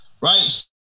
right